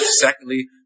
secondly